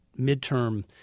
midterm